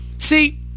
See